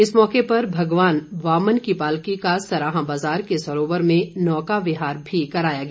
इस मौके पर भगवान वामन की पालकी का सराहां बाजार के सरोवर में नौका विहार भी कराया गया